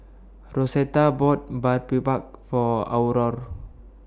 Rosetta bought For Aurore